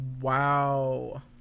Wow